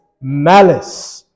malice